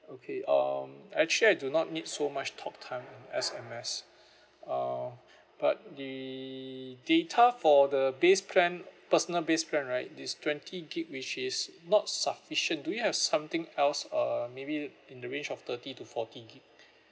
okay um actually I do not need so much talk time and S_M_S uh but the data for the base plan personal base plan right this twenty gig which is not sufficient do you have something else uh maybe in the range of thirty to forty gigabytes